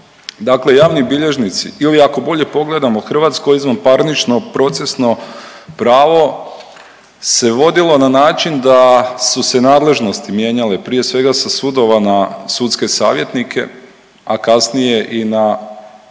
dakle javni bilježnici ili ako bolje pogledamo hrvatsko izvanparnično procesno pravo se vodilo na način da su se nadležnosti mijenjale prije svega sa sudova na sudske savjetnike, a kasnije i na